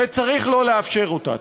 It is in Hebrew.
וצריך לא לאפשר אותה.